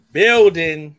building